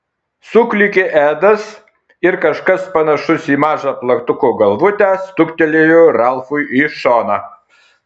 suklykė edas ir kažkas panašus į mažą plaktuko galvutę stuktelėjo ralfui į šoną